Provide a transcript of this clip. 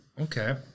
okay